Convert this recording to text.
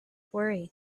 worry